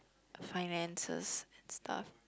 finances stuff